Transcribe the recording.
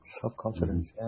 Self-confidence